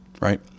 right